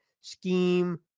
scheme